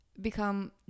become